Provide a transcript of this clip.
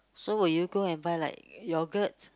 so will you go and buy like yoghurt